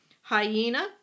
hyena